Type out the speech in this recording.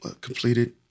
completed